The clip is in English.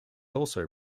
also